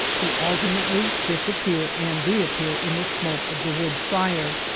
who alternately disappear and reappear in the smoke of the wood fire.